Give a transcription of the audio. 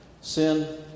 sin